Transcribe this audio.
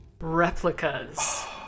Replicas